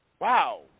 wow